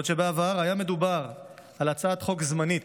בעוד שבעבר היה מדובר על הצעת חוק זמנית,